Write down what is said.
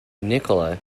nikola